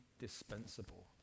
indispensable